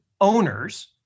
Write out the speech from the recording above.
owners